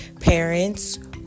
parents